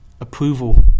approval